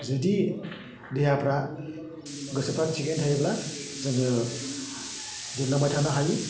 जुदि देहाफ्रा गोसोफ्रा थिगैनो थायोब्ला जोङो लिरलांबाय थानो हायो